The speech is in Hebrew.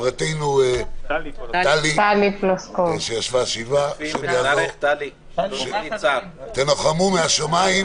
תנוחמו משמיים,